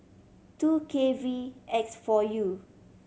two K V X four U